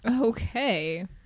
Okay